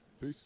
Peace